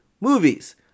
movies